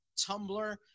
Tumblr